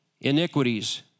Iniquities